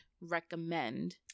recommend